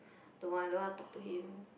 don't want don't want talk to him